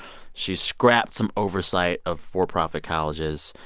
she scrapped some oversight of for-profit colleges.